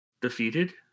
defeated